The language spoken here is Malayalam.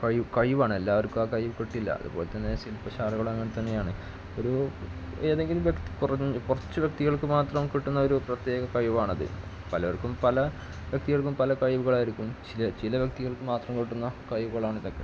കഴിവാണ് എല്ലാവര്ക്കും ആ കഴിവ് കിട്ടില്ല അതുപോലെ തന്നെ ശില്പശാലകളും അങ്ങനെ തന്നെയാണ് ഒരു ഏതെങ്കിലും വ്യക്തി കുറച്ച് വ്യക്തികള്ക്ക് മാത്രം കിട്ടുന്ന ഒരു പ്രത്യേക കഴിവാണത് പലര്ക്കും പല വ്യക്തികള്ക്കും പല കഴിവുകള് ആയിരിക്കും ചില വ്യക്തികള്ക്ക് മാത്രം കിട്ടുന്ന കഴിവുകള് ആണിതൊക്കെ